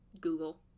Google